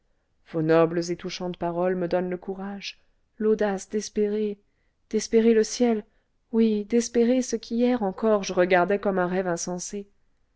vos nobles et touchantes paroles me donnent le courage l'audace d'espérer d'espérer le ciel oui d'espérer ce qu'hier encore je regardais comme un rêve insensé